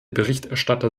berichterstatter